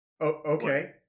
Okay